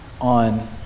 on